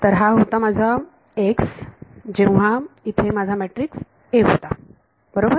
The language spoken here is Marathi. तर हा होता माझा x जेव्हा इथे माझा मॅट्रिक्स A होता बरोबर